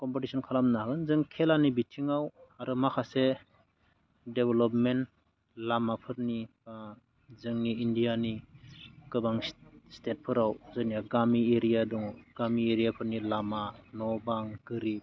competition खालामनो हागोन जों खेलानि बिथिङाव आरो माखासे डेभेलपमेन्ट लामाफोरनि ओ जोंनि इन्डियानि गोबां स्टेटफोराव जोंनिया गामि एरिया दङ गामि एरियाफोरनि लामा न' बां गोरिब